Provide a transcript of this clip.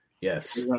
yes